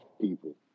people